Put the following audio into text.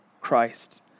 Christ